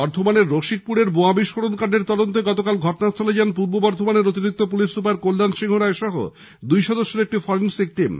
বর্ধমানের রসিকপুরের বোমা বিস্ফোরণকান্ডের তদন্তে গতকাল ঘটনাস্থলে যান পূর্ব বর্ধমানের অতিরিক্ত পুলিশ সুপার কল্যাণ সিংহ রায় সহ দুই সদস্যের একটি ফরেন্সিক টিম